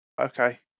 Okay